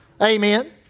Amen